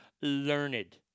learned